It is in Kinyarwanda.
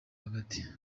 hagati